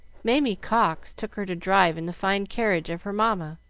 mamie cox took her to drive in the fine carriage of her mamma,